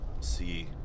see